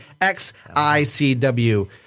XICW